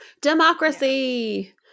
democracy